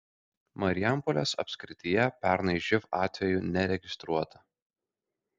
marijampolės apskrityje pernai živ atvejų neregistruota